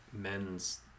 men's